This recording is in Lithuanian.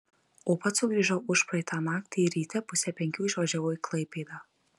o pats sugrįžau užpraeitą naktį ir ryte pusę penkių išvažiavau į klaipėdą